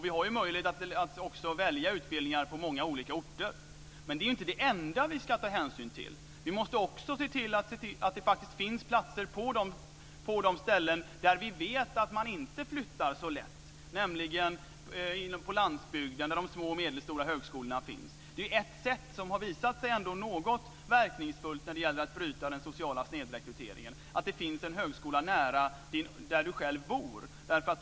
Vi har möjlighet att välja utbildningar på många olika orter, men det är inte det enda vi ska ta hänsyn till. Vi måste också se till att det faktiskt finns platser på de ställen varifrån vi vet att man inte flyttar så lätt, nämligen på landsbygden, där de små och medelstora högskolorna finns. Det är ett sätt som ändå har visat sig något verkningsfullt när det gäller att bryta den sociala snedrekryteringen. Att det finns en högskola nära din bostad är bra.